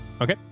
Okay